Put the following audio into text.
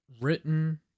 written